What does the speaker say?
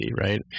right